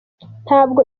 ntabwo